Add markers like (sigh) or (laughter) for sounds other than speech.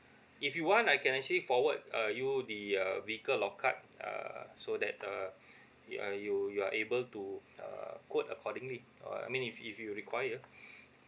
if you want I can actually forward uh you the uh vehicle of card err so that uh (breath) you are you you are able to err quote accordingly err I mean if if you require